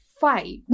fight